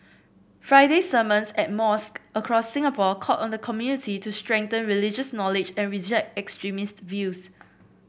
Friday sermons at mosque across Singapore called on the community to strengthen religious knowledge and reject extremist views